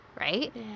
right